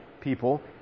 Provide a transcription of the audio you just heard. people